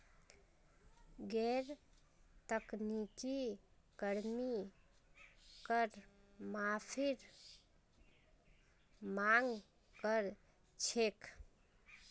गैर तकनीकी कर्मी कर माफीर मांग कर छेक